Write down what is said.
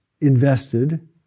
invested